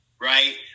Right